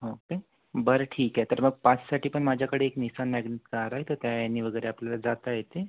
okay बरं ठीक आहे तर मग पाचसाठी पण माझ्याकडे एक निसान मैगनिक कार आहे तर त्या यांनी वगैरे आपल्याला जाता येते